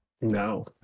No